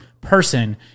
person